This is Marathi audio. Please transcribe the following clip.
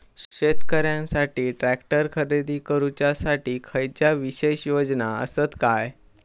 शेतकऱ्यांकसाठी ट्रॅक्टर खरेदी करुच्या साठी खयच्या विशेष योजना असात काय?